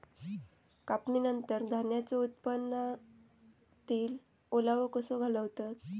कापणीनंतर धान्यांचो उत्पादनातील ओलावो कसो घालवतत?